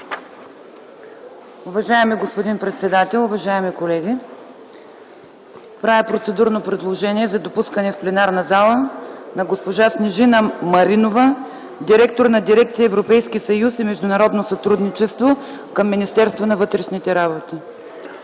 Уважаеми господин председател, уважаеми колеги! Правя процедурно предложение за допускане в пленарната зала на госпожа Снежина Маринова, директор на Дирекция „Европейски съюз и международно сътрудничество” към Министерството на вътрешните работи.